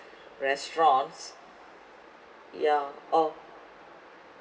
restaurants yeah or